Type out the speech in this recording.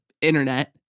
internet